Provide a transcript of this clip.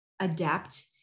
adapt